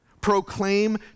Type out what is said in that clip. proclaim